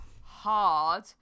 hard